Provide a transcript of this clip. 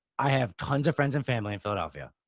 i have tons of friends and family in philadelphia,